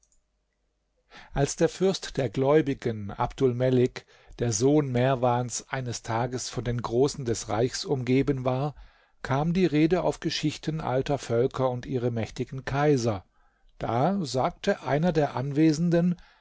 als der fürst der gläubigen abdulmelik der sohn merwans eines tages von den großen des reichs umgeben war kam die rede auf geschichten alter völker und ihre mächtigen kaiser da sagte einer der anwesenden